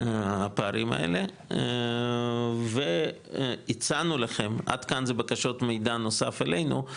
הפערים האלה, עד כאן זה בקשות מידע נוסף אלינו.